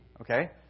Okay